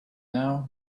now